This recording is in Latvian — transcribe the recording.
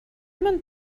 man